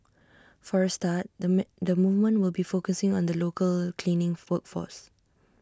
for A start the mad the movement will be focusing on the local cleaning food force